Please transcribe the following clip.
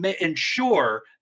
ensure